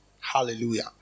Hallelujah